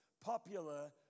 popular